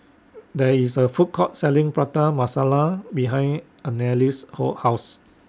There IS A Food Court Selling Prata Masala behind Anneliese's Ho House